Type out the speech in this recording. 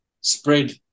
spread